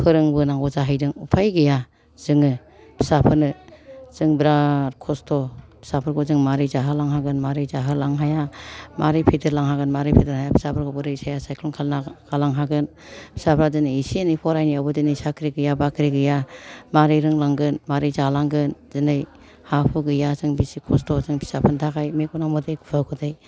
फोरोंबोनांगौ जाहैदों उफाय गैया जोङो फिसाफोरनो जों बिराद खस्थ' फिसोफोरखौ जों मारै जाहोलांनो हागोन मारै जाहोलांनो हाया मारै फेदेरलांनो हागोन मारै फेदेरनो हाया फिसाफोरखौ जों मारै साया सायख्लु खालामलांनो हागोन फिसाफ्रा दिनै एसे एनै फरायनायावबो दिनै साख्रि गैया बाख्रि गैया मारै रोंलांगोन मारै जालांगोन दिनै हा हु गुैया जों बेसे खस्थ' जों फिसाफोरनि थाखाय मेगनाव मोदै खुगायाव खुदै